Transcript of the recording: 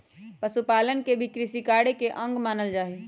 पशुपालन के भी कृषिकार्य के अंग मानल जा हई